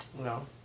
No